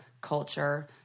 culture